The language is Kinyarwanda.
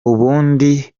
ubundi